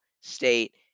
state